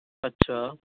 اچھا